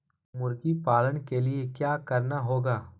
मुर्गी पालन के लिए क्या करना होगा?